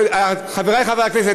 חברי חברי הכנסת,